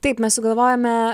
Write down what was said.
taip mes sugalvojome